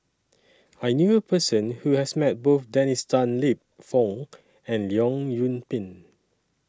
I knew A Person Who has Met Both Dennis Tan Lip Fong and Leong Yoon Pin